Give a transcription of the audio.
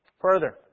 Further